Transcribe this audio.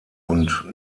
und